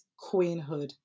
queenhood